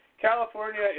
California